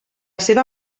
seva